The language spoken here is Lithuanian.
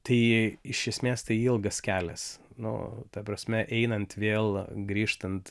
tai iš esmės tai ilgas kelias nu ta prasme einant vėl grįžtant